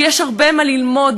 יש הרבה מה ללמוד,